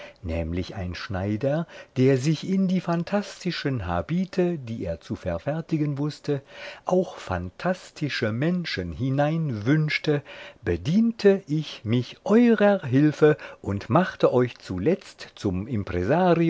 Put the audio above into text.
nämlich ein schneider der sich in die phantastischen habite die er zu verfertigen wußte auch phantastische menschen hineinwünschte bediente ich mich eurer hilfe und machte euch zuletzt zum